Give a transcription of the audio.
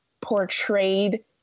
portrayed